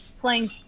playing